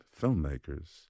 filmmakers